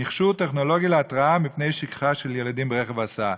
להתקין מכשור טכנולוגי להתרעה מפני שכחה של ילדים ברכב ההסעה.